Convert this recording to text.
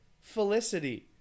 Felicity